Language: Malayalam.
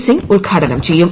സിങ് ഉദ്ഘാടനം ചെയ്യും